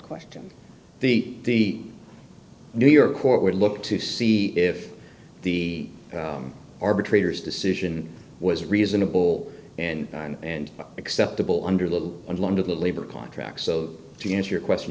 question the new york court would look to see if the arbitrator's decision was reasonable and and acceptable under the longer the labor contract so to answer your question